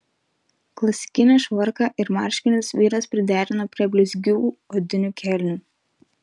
klasikinį švarką ir marškinius vyras priderino prie blizgių odinių kelnių